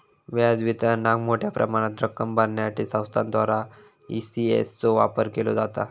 व्याज वितरणाक मोठ्या प्रमाणात रक्कम भरण्यासाठी संस्थांद्वारा ई.सी.एस चो वापर केलो जाता